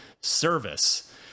service